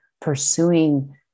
pursuing